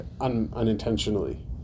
unintentionally